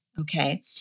Okay